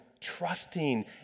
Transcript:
trusting